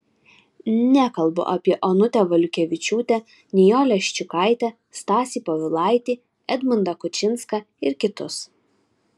nekalbu apie onutę valiukevičiūtę nijolę ščiukaitę stasį povilaitį edmundą kučinską ir kitus